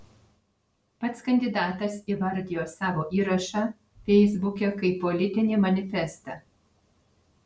pats kandidatas įvardijo savo įrašą feisbuke kaip politinį manifestą